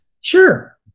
Sure